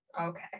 Okay